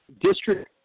district